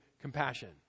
compassion